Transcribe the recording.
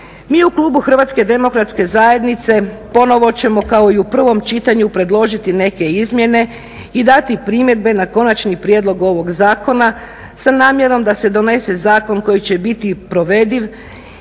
Mi u klubu Hrvatske demokratske zajednice ponovo ćemo kao i u prvom čitanju predložiti neke izmjene i dati primjedbe na konačni prijedlog ovog zakona sa namjerom da se donese zakon koji će biti provediv.